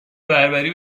بربری